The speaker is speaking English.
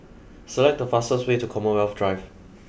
select the fastest way to Commonwealth Drive